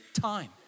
time